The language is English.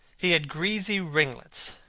he had greasy ringlets,